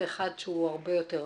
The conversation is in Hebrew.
ואחד שהוא הרבה יותר רחב.